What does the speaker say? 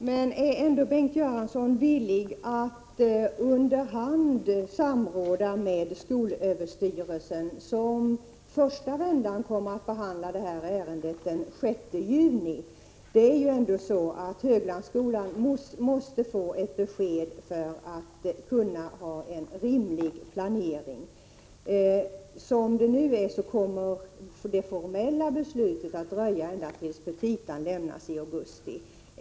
Fru talman! Är Bengt Göransson ändå villig att under hand samråda med skolöverstyrelsen, som i första vändan kommer att behandla detta ärende den 6 juni? Höglandsskolan måste få ett besked för att kunna åstadkomma en rimlig planering. Som det nu är kommer det formella beslutet att dröja ända till dess att petitan avlämnas i augusti.